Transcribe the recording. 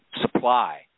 supply